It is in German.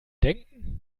denken